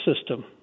system